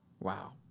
Wow